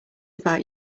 about